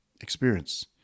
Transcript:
experience